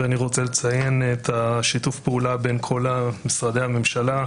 ואני רוצה לציין את שיתוף הפעולה בין כל משרדי הממשלה,